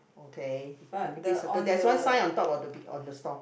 okay can you please circle there's one sign on top of the b~ on the store